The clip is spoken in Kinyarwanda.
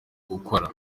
gukora